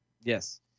Yes